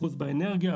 אחוז באנרגיה,